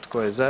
Tko je za?